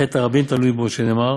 וחטא הרבים תלוי בו, שנאמר